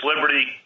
liberty